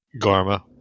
Garma